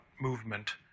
movement